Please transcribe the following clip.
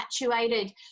infatuated